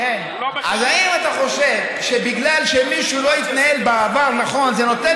אז האם אתה חושב שבגלל שמישהו לא התנהל בעבר נכון זה נותן